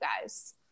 guys